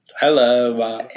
Hello